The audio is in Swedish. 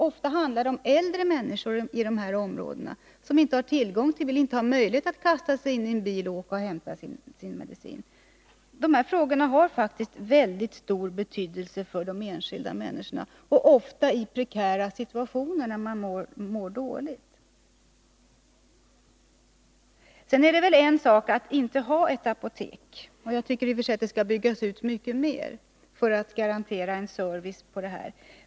Ofta handlar det om äldre människor i de här områdena, som inte har tillgång till bil och som alltså inte har en möjlighet att kasta sig in i en bil för att åka och hämta sin medicin. De här frågorna har faktiskt väldigt stor betydelse för de enskilda människorna — ofta är det prekära situationer då man mår dåligt. En sak är att på en ort inte ha ett apotek. Jag tycker att det borde ske en utbyggnad för att man skall kunna garantera service.